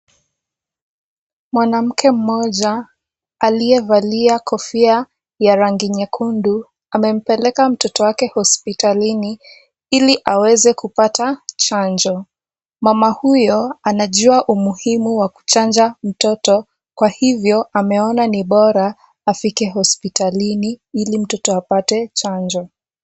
Mwanamke mmoja aliyevalia kofia ya rangi nyekundu amempeleka mtoto wake hospitalini ili aweze kupata chanjo. Mama huyo anajua umuhimu wa kuchanja mtoto kwa hivyo ameona ni bora afike hospitalini ili mtoto apate chanjo.